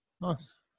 Nice